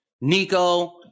Nico